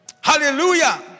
Hallelujah